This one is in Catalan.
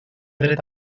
dret